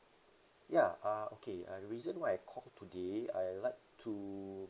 ya uh okay uh reason why I call today I'd like to